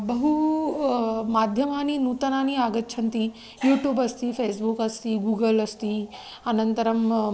बहु माध्यमानि नूतनानि आगच्छन्ति यूटूब् अस्ति फ़ेस्बुक् अस्ति गूगल् अस्ति अनन्तरम्